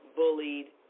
bullied